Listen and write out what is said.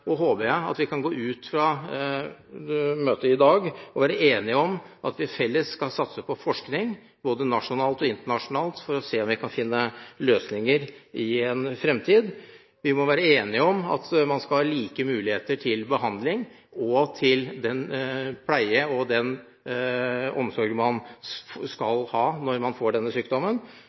og håper jeg at vi kan gå ut fra møtet i dag og være enige om at vi felles skal satse på forskning både nasjonalt og internasjonalt for å se om vi kan finne løsninger i en fremtid. Vi må være enige om at man skal ha like muligheter til behandling og til den pleie og den omsorg man skal ha når man får denne sykdommen.